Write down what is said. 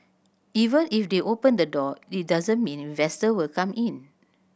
even if they open the door it doesn't mean investor will come in